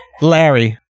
Larry